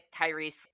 tyrese